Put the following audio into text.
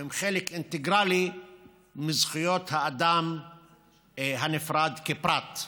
הן חלק אינטגרלי של זכויות האדם הנפרד כפרט.